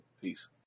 Peace